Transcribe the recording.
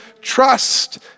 trust